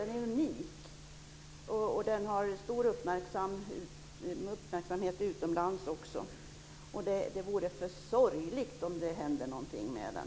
Den är unik, och den har också väckt stor uppmärksamhet utomlands. Det vore sorgligt om det hände någonting med den.